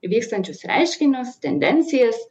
vykstančius reiškinius tendencijas